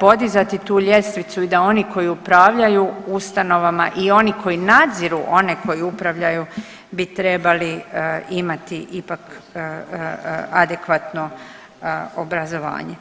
podizati tu ljestvicu i da oni koji upravljaju ustanovama i oni koji nadziru one koji upravljaju bi trebali imati ipak adekvatno obrazovanje.